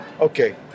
okay